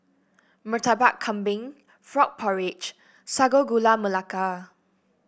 Murtabak Kambing Frog Porridge Sago Gula Melaka